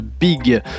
big